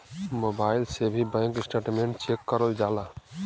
mobile से भी bank statement check करल जाला